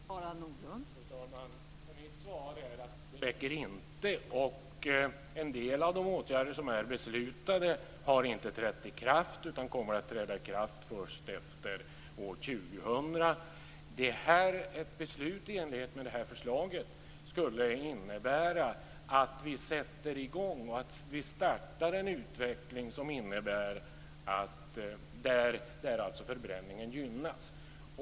Fru talman! Mitt svar är att det inte räcker. En del av de åtgärder som är beslutade har inte trätt i kraft utan kommer att göra det först efter år 2000. Ett beslut i enlighet med det föreliggande förslaget skulle innebära att vi sätter i gång en utveckling där förbränningen gynnas.